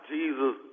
Jesus